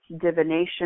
divination